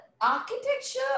architecture